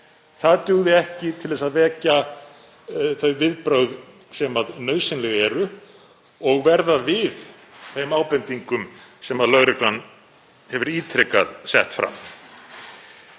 Það dugði ekki til að vekja þau viðbrögð sem nauðsynleg eru og verða við þeim ábendingum sem lögreglan hefur ítrekað sett fram.